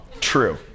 True